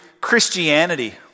Christianity